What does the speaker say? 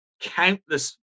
countless